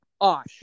Osh